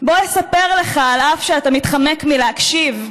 בוא אני אספר לך, אף שאתה מתחמק מלהקשיב,